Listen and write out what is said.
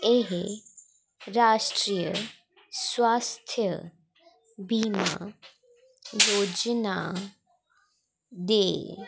एह् राश्ट्री सुआस्थ बीमा योजना दे